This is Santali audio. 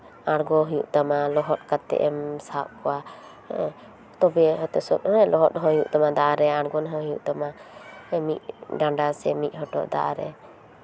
ᱟᱬᱜᱳ ᱦᱩᱭᱩᱜ ᱛᱟᱢᱟ ᱞᱚᱦᱚᱫ ᱠᱟᱛᱮᱢ ᱥᱟᱵ ᱠᱚᱣᱟ ᱦᱮᱸ ᱛᱚᱵᱮ ᱞᱚᱦᱚᱫ ᱦᱚᱭ ᱦᱩᱭᱩᱜ ᱛᱟᱢᱟ ᱫᱟᱜ ᱨᱮ ᱟᱬᱜᱳᱱ ᱦᱚᱸ ᱦᱩᱭᱩᱜ ᱛᱟᱢᱟ ᱢᱤᱫ ᱰᱟᱱᱰᱟ ᱥᱮ ᱢᱤᱫ ᱦᱚᱴᱚᱜ ᱫᱟᱜ ᱨᱮ